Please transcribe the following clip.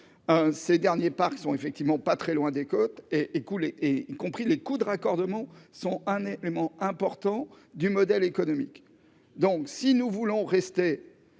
ces derniers sont effectivement pas très loin des côtes est écoulé et y compris les coûts de raccordement sont un élément important du modèle économique, donc si nous voulons rester